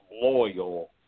loyal